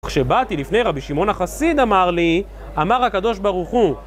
כשבאתי לפני רבי שמעון החסיד אמר לי, אמר הקדוש ברוך הוא